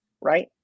right